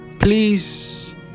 Please